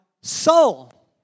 soul